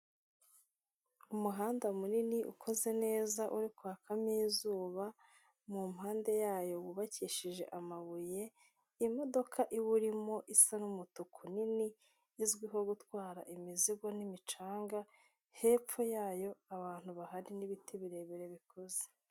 Umuhanda munini ukoze neza uri kwakamo izuba, mu mpande yayo hubakishije amabuye, imodoka iwurimo isa n'umutuku nini izwiho gutwara imizigo n'imicanga, hepfo yayo abantu bahari n'ibiti birebire bikuze.